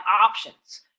options